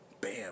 Bam